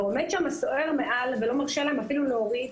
ועומד שם הסוהר מעל ולא מרשה להם אפילו להוריד.